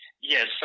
Yes